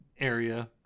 area